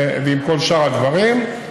ועם כל שאר הדברים.